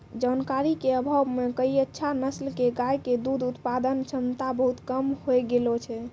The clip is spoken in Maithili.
जानकारी के अभाव मॅ कई अच्छा नस्ल के गाय के दूध उत्पादन क्षमता बहुत कम होय गेलो छै